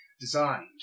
designed